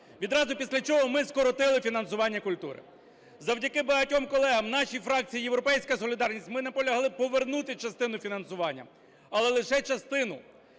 відразу після чого ми скоротили фінансування культури. Завдяки багатьом колегам в нашій фракції "Європейська солідарність" ми наполягли повернути частину фінансування, але лише частину.